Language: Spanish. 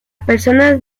personas